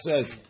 says